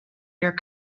your